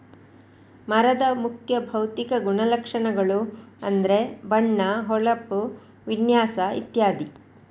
ಮರದ ಮುಖ್ಯ ಭೌತಿಕ ಗುಣಲಕ್ಷಣಗಳು ಅಂದ್ರೆ ಬಣ್ಣ, ಹೊಳಪು, ವಿನ್ಯಾಸ ಇತ್ಯಾದಿ